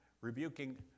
rebuking